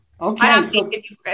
Okay